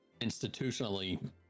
institutionally